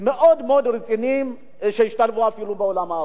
מאוד רציניים שהשתלבו בעולם העבודה.